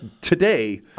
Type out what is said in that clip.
today